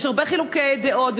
יש הרבה חילוקי דעות,